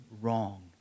wrong